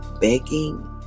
begging